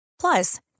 Plus